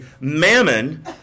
Mammon